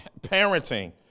parenting